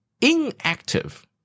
inactive